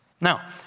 Now